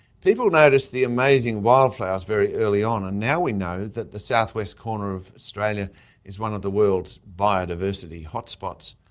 people noticed the amazing wildflowers very early on, and now we know that the south-west corner of australia is one of the world's biodiversity hot spots.